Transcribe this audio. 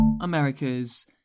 Americas